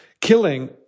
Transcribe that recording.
killing